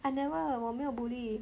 I never 我没有 bully